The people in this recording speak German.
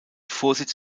vorsitz